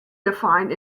defined